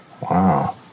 Wow